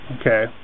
Okay